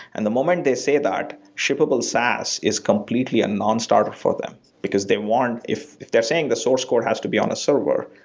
and the moment they say that, shippable sas is completely a non-startup for them because they want if if they're saying the source code has to be on a server,